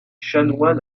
chanoine